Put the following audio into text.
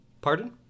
Pardon